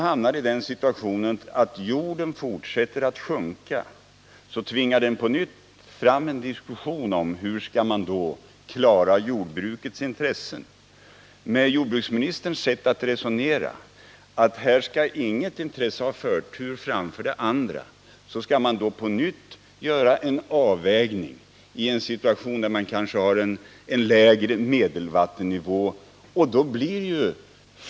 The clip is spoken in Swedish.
Om sedan jorden fortsätter att sjunka, tvingar det fram en ny diskussion om hur jordbrukets intressen skall tillgodoses. Med jordbruksministerns sätt att resonera, att här skall inget intresse ha förtur framför det andra, skall vi då på nytt göra en avvägning. Och i den situationen är kanske medelvattennivån ännu lägre.